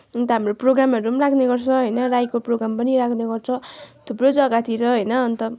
अन्त हाम्रो प्रोग्रामहरू पनि लाग्ने गर्छ होइन राईको प्रोग्राम पनि लाग्ने गर्छ थुप्रो जग्गातिर होइन अन्त